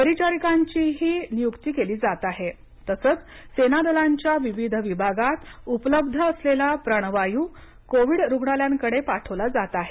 परिचारिकांचीही नियुक्ती केली जात आहे तसंच सेना दलांच्या विविध विभागात उपलब्ध असलेला प्राणवायू कोविड रुग्णालयांकडे पाठवला जात आहे